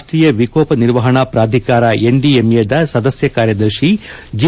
ರಾಷ್ಟೀಯ ವಿಕೋಪ ನಿರ್ವಹಣಾ ಪ್ರಾಧಿಕಾರ ಎನ್ಡಿಎಂಎದ ಸದಸ್ಯ ಕಾರ್ಯದರ್ಶಿ ಜಿ